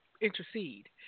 intercede